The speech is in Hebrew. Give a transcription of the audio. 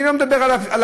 אני לא מדבר על הפסיקה.